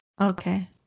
Okay